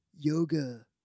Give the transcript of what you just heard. Yoga